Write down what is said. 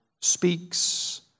speaks